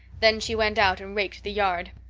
then she went out and raked the yard.